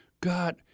God